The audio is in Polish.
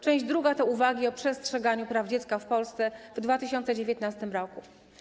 Część II to uwagi o przestrzeganiu praw dziecka w Polsce w 2019 r.